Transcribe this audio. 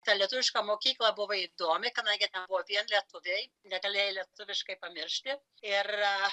ta lietuviška mokykla buvo įdomi kadangi ten buvo vien lietuviai negalėjai lietuviškai pamiršti ir